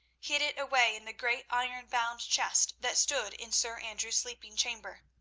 hid it away in the great iron-bound chest that stood in sir andrew's sleeping chamber.